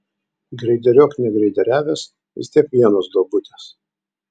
greideriuok negreideriavęs vis tiek vienos duobutės